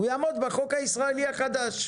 הוא יעמוד בחוק הישראלי החדש.